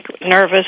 nervous